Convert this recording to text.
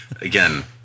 again